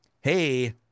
Hey